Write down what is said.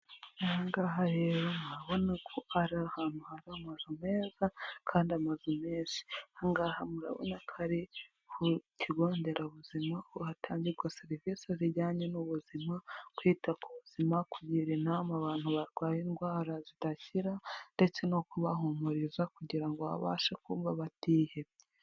Aha ngaha rero murabona ko ari ahantu hari amazu meza kandi amazu meza aha ngaha murabona ko ari ku kigo nderabuzima aho hatangirwa serivisi zijyanye n'ubuzima kwita ku buzima kugira inama abantu barwaye indwara zidakira ndetse no kubahumuriza kugira ngo babashe kumva batihebye.